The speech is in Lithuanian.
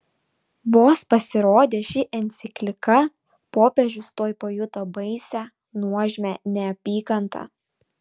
vos pasirodė ši enciklika popiežius tuoj pajuto baisią nuožmią neapykantą